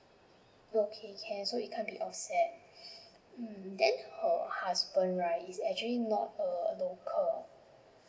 oh okay can it cant' be offset mm then her husband right is actually not a local